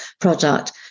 product